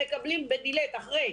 והם מקבלים ב-delay אחרי,